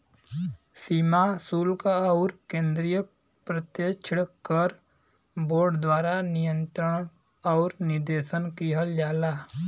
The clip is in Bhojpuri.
सीमा शुल्क आउर केंद्रीय प्रत्यक्ष कर बोर्ड द्वारा नियंत्रण आउर निर्देशन किहल जाला